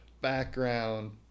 background